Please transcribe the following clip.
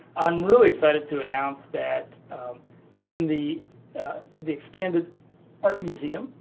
i'm really excited to announce that in the the expanded art museum,